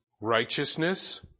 righteousness